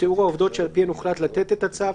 תיאור העובדות שעל פיהן הוחללט לתת את הצו,